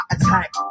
attack